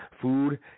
Food